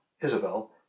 Isabel